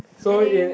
adding